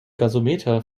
gasometer